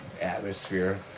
atmosphere